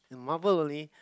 Marvel only